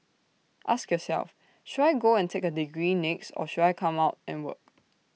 ask yourself should I go and take A degree next or should I come out and work